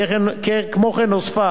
כמו כן נוספה